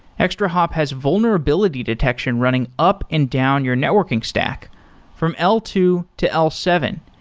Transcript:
extrahop has vulnerability detection running up and down your networking stack from l two to l seven,